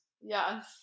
Yes